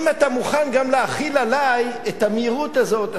אם אתה מוכן גם להחיל עלי את המהירות הזאת,